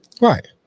Right